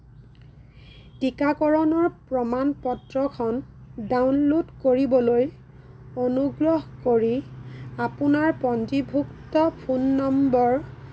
টীকাকৰণৰ প্ৰমাণ পত্ৰখন ডাউনলোড কৰিবলৈ অনুগ্ৰহ কৰি আপোনাৰ পঞ্জীভুক্ত ফোন নম্বৰ